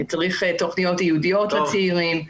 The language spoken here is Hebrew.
צריך תוכניות ייעודיות לצעירים.